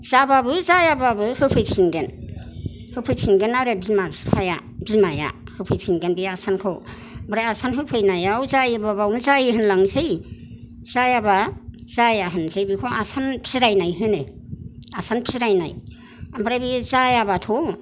जाब्लाबो जायाब्लाबो होफैफिनगोन होफैफिनगोन आरो बिमा बिफाया बिमाया होफैफिनगोन बे आसानखौ ओमफ्राय आसान होफैनायाव जायोब्ला बावनो जायो होनलांनोसै जायाब्ला जाया होनसै बेखौ आसान फिरायनाय होनो आसान फिरायनाय ओमफ्राय बे जायाब्लाथ'